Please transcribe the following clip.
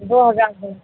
دو ہزار سے